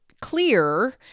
clear